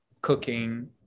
cooking